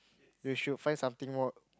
you should find something more